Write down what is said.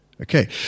okay